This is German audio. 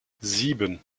sieben